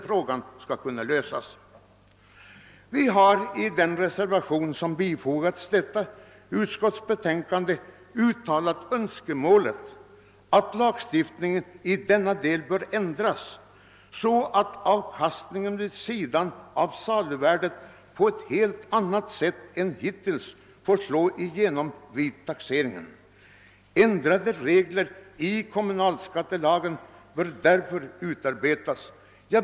Vi har i den vid förevarande utskottsbetänkande fogade reservationen A uttalat önskemålet att lagstiftningen i aktuellt avseende bör ändras så att avkastningsvärdet i stället för saluvärdet på ett helt annat sätt än hittills får slå igenom vid taxeringen. Ändringar i kommunalskattelagens regler bör därför utarbetas.